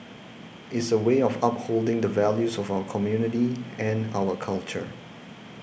is a way of upholding the values of our community and our culture